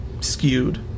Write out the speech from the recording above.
skewed